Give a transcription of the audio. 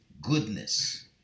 goodness